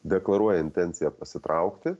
deklaruoja intenciją pasitraukti